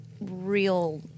real